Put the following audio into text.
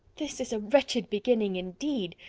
this is a wretched beginning indeed!